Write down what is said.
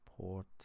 Port